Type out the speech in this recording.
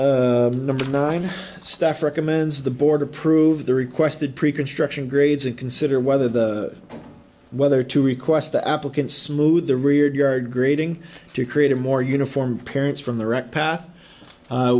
a number of nine staff recommends the board approved the requested pre construction grades and consider whether the whether to request the applicants smooth the rear yard grading to create a more uniform parents from the right path